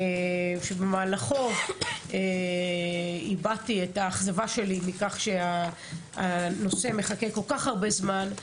וסוער ובמהלכו הבעתי את האכזבה שלי מכך שהנושא מחכה כל כך הרבה זמן,